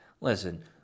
Listen